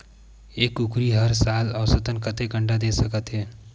एक कुकरी हर साल औसतन कतेक अंडा दे सकत हे?